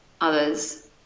others